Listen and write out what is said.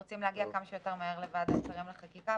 אנחנו רוצים להגיע כמה שיותר מהר לוועדת שרים לחקיקה,